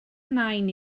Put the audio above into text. nain